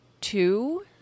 two